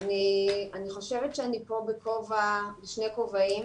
חושבת שאני פה בשני כובעים,